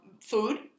food